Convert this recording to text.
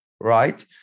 right